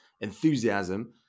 enthusiasm